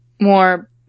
more